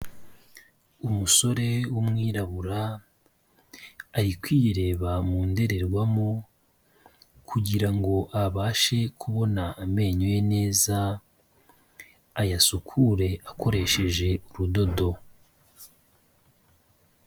Umusore w'umwirabura ari kwireba mu ndorerwamo, kugira ngo abashe kubona amenyo ye neza, ayasukure akoresheje urudodo.